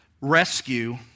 rescue